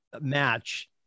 match